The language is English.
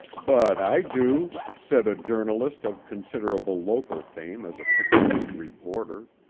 but i do, said a journalist of considerable local fame as a picturesque reporter.